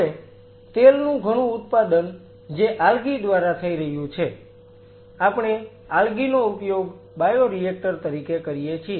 હવે તેલનું ઘણું ઉત્પાદન જે આલ્ગી દ્વારા થઈ રહ્યું છે આપણે આલ્ગી નો ઉપયોગ બાયોરિએક્ટર તરીકે કરીએ છીએ